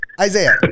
Isaiah